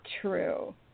true